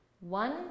One